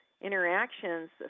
interactions